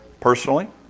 personally